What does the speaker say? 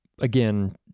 again